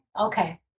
okay